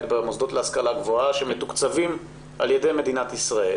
במוסדות להשכלה גבוהה שמתוקצבים על-ידי מדינת ישראל